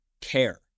care